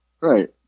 Right